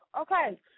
Okay